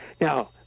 Now